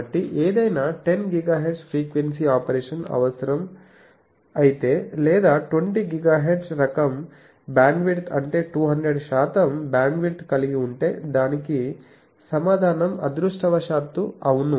కాబట్టి ఏదైనా 10GHz frequency operation అవసరం అవసరమైతే లేదా 20GHz రకం బ్యాండ్విడ్త్ అంటే 200 శాతం బ్యాండ్విడ్త్ కలిగి ఉంటేదానికి సమాధానం అదృష్టవశాత్తూ అవును